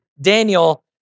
Daniel